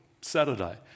Saturday